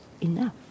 enough